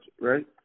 right